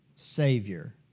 Savior